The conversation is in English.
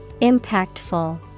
Impactful